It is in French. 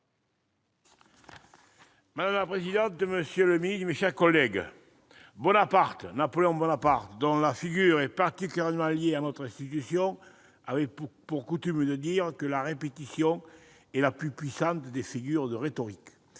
Madame la présidente, monsieur le ministre, mes chers collègues, Napoléon Bonaparte, dont la figure est particulièrement liée à notre institution, ... Ça commence bien !... avait pour coutume de dire que la répétition est « la plus puissante des figures de rhétorique